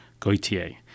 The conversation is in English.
Goitier